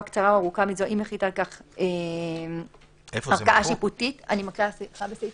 קצרה או ארוכה מזו אם החליטה על כך ערכאה שיפוטית לפי סעיף